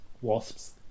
Wasps